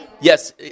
Yes